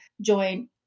join